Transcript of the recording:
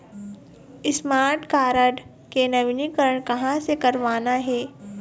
Smart card के नवीनीकरण कहां से करवाना हे?